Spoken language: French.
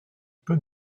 peut